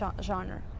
genre